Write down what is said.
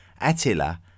Attila